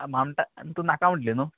आमाटान तूं नाका म्हटली न्हू